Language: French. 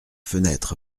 fenêtre